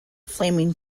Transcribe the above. flaming